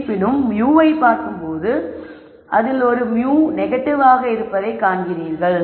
இருப்பினும் μ வை பார்க்கும்போது அதில் ஒரு μs நெகட்டிவாக இருப்பதைக் காண்பீர்கள்